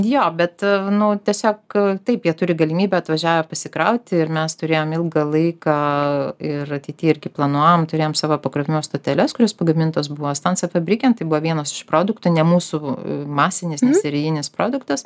jo bet nu tiesiog taip jie turi galimybę atvažiavę pasikrauti ir mes turėjom ilgą laiką ir ateityje irgi planuojam turėjom savo pakrovimo stoteles kurios pagamintos buvo stansa fabriken tai buvo vienas iš produktų ne mūsų masinis serijinis produktas